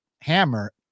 hammer